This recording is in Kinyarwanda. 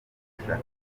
gukora